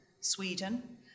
Sweden